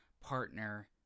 partner